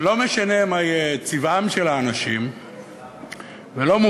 לא משנה מה יהיה צבעם של האנשים או מוגבלותם,